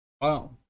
Wow